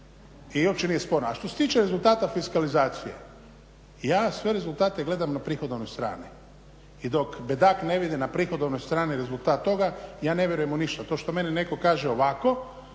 i uopće nije sporno. A što se tiče rezultata fikalizacije ja sve rezultate gledam na prihodovnoj strani. I dok bedak ne vidi na prihodovnoj strani rezultat toga ja ne vjerujem mu ništa. To što meni netko kaže ovako,